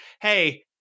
hey